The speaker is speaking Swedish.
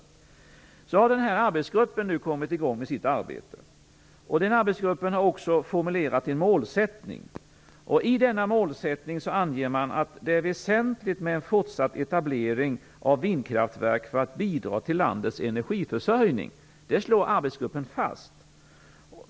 Arbetsgruppen har nu kommit i gång med sitt arbete. Den har också formulerat en målsättning. I denna målsättning anger man att det är väsentligt med en fortsatt etablering av vindkraftverk för att bidra till landets energiförsörjning. Detta slår arbetsgruppen fast.